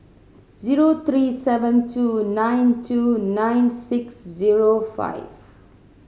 zero three seven two nine two nine six zero five